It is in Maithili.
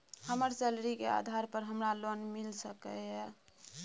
हमर सैलरी के आधार पर हमरा लोन मिल सके ये?